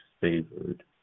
favored